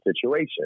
situation